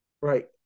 Right